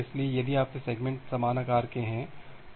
इसलिए यदि आपके सेगमेंट समान आकार के हैं